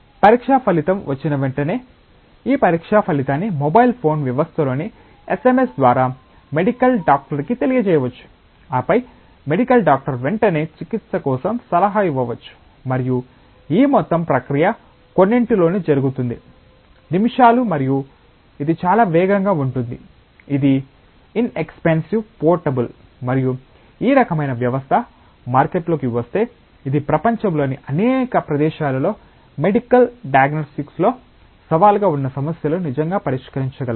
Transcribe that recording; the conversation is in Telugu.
పరీక్షా ఫలితం వచ్చిన వెంటనే ఈ పరీక్ష ఫలితాన్ని మొబైల్ ఫోన్ వ్యవస్థలోని ఎస్ఎంఎస్ ద్వారా మెడికల్ డాక్టర్కి తెలియజేయవచ్చు ఆపై మెడికల్ డాక్టర్ వెంటనే చికిత్స కోసం సలహా ఇవ్వవచ్చు మరియు ఈ మొత్తం ప్రక్రియ కొన్నింటిలోనే జరుగుతుంది నిమిషాలు మరియు ఇది చాలా వేగంగా ఉంటుంది ఇది ఇన్ఎక్సపెన్సివ్ పోర్టబుల్ మరియు ఈ రకమైన వ్యవస్థ మార్కెట్లోకి వస్తే ఇది ప్రపంచంలోని అనేక ప్రదేశాలలో మెడికల్ డయాగ్నొస్టిక్ లో కొన్ని సవాలుగా ఉన్న సమస్యలను నిజంగా పరిష్కరించగలదు